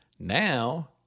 Now